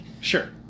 sure